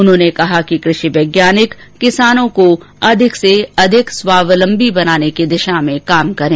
उन्होंने कहा कि कृषि वैज्ञानिक किसानों को अधिक से अधिक स्वावलंबी बनाने की दिशा में काम करें